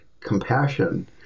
Compassion